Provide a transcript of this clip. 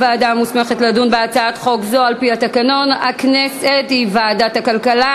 הוועדה המוסמכת לדון בהצעת חוק זו על-פי התקנון הכנסת היא ועדת הכלכלה.